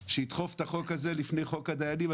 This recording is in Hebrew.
שידחוף את החוק הזה לפני חוק הדיינים.